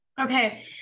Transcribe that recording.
Okay